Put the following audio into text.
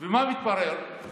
מה מתברר?